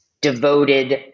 devoted